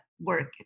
work